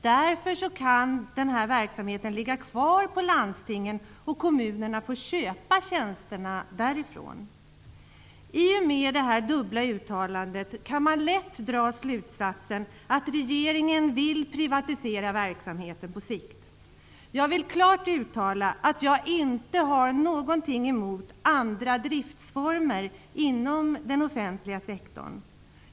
Därför kan den här verksamheten ligga kvar på landstingen, och kommunerna får köpa tjänsterna därifrån. I och med det här dubbla uttalandet kan man lätt dra slutsatsen att regeringen vill privatisera verksamheten på sikt. Jag vill klart uttala att jag inte har något emot andra driftsformer inom den offentliga sektorn.